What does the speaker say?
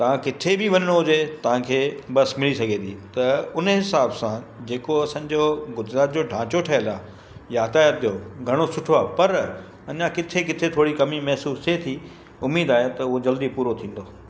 तव्हां किथे बि वञिणो हुजे तव्हांखे बस मिली सघे थी त हुन हिसाब सां जे को असांजो गुजरात जो ढांचो ठहियल आहे यातायात जो घणो सुठो आहे पर अञा किथे किथे थोरी कमी महिसूसु थिए थी उमीद आहे त उहा जल्दी पूरो थींदो